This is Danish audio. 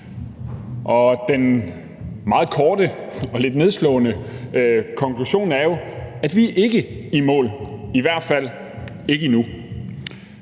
Den meget korte og lidt nedslående konklusion er jo, at vi ikke er i mål, i hvert fald ikke endnu.